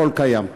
הכול קיים.